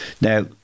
Now